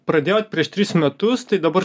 pradėjot prieš tris metus tai dabar